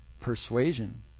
Persuasion